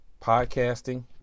podcasting